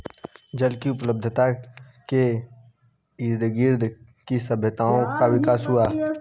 जल की उपलब्धता के इर्दगिर्द ही सभ्यताओं का विकास हुआ